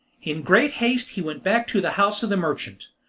in great haste he went back to the house of the merchant.